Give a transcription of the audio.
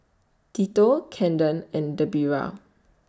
Tito Caden and Debera